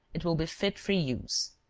it will be fit for use.